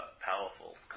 powerful